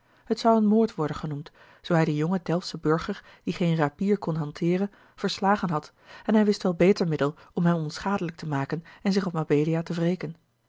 het zou een moord worden genoemd zoo hij den jongen delftschen burger die geen rapier kon hanteeren verslagen had en hij wist wel beter middel om hem onschadelijk te maken en zich op mabelia te wreken